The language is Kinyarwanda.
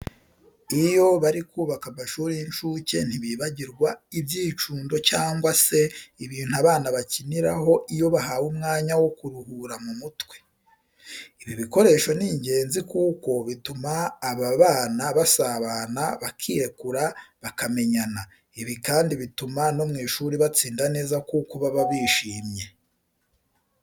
Iyo bari kubaka amashuri y'inshuke ntibibagirwa ibyicundo cyangwa se ibintu abana bakiniraho iyo bahawe umwanya wo kuruhura mu mutwe. Ibi bikoresho ni ingenzi kuko bituma aba bana basabana, bakirekura, bakamenyana. Ibi kandi bituma no mu ishuri batsinda neza kuko baba bishyimye.